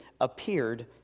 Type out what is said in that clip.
appeared